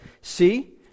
See